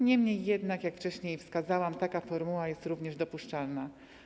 Niemniej jednak, jak wcześniej wskazałam, taka formuła jest również dopuszczalna.